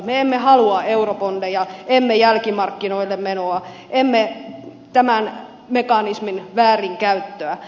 me emme halua eurobondeja emme jälkimarkkinoille menoa emme tämän mekanismin väärinkäyttöä